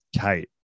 Kate